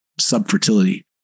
subfertility